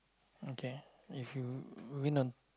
okay if you win on